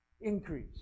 increase